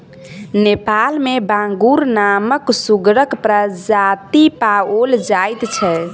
नेपाल मे बांगुर नामक सुगरक प्रजाति पाओल जाइत छै